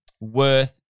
worth